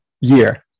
year